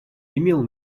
имел